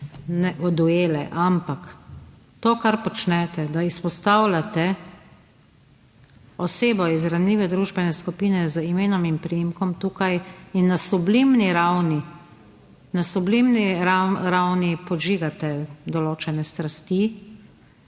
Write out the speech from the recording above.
neke duele, ampak to, kar počnete, da izpostavljate osebo iz ranljive družbene skupine z imenom in priimkom tukaj in / nerazumljivo/ ravni podžigate določene strasti.